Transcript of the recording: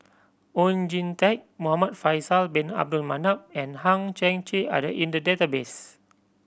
Oon Jin Teik Muhamad Faisal Bin Abdul Manap and Hang Chang Chieh are the in the database